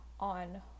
on